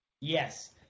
Yes